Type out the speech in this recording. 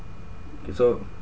K so